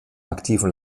aktiven